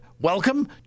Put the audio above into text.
Welcome